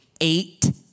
eight